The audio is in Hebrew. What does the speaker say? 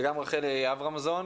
וגם רחלי אברמזון,